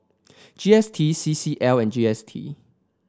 G S T C C L and G S T